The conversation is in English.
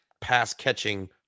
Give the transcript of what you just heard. pass-catching